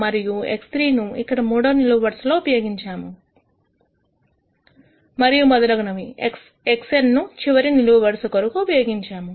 X3 ను మూడో నిలువు వరుసలో ఉపయోగించాము మరియు మొదలగునవి xn ను చివరి నిలువు వరుస కొరకు ఉపయోగించాము